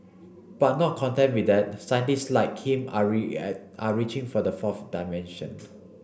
but not content with that scientist like him are are reaching for the fourth dimension